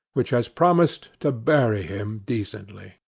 which has promised to bury him decently.